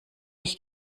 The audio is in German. ich